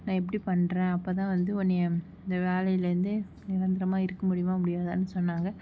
நான் எப்படி பண்றேன் அப்போ தான் வந்து உன்னைய இந்த வேலையிலருந்தே நிரந்தரமாக இருக்க முடியுமா முடியாதான் சொன்னாங்க